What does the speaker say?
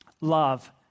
love